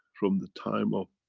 from the time of,